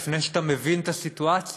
לפני שאתה מבין את הסיטואציה,